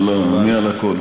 לא, לא, אני אענה על הכול.